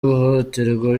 ihohoterwa